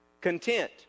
content